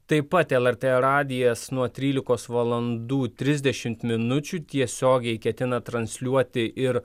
taip pat lrt radijas nuo trylikos valandų trisdešimt minučių tiesiogiai ketina transliuoti ir